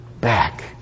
back